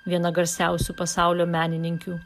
viena garsiausių pasaulio menininkių